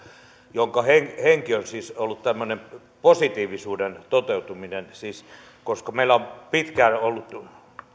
jonka henki henki on siis ollut tämmöinen positiivisuuden toteutuminen meillä on pitkään ollut